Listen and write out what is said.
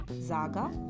Zaga